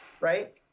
right